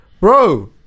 bro